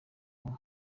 byo